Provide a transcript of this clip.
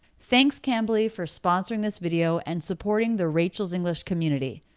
thanks cambly for sponsoring this video and supporting the rachel's english community.